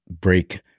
break